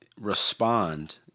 respond